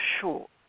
short